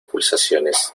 pulsaciones